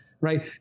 right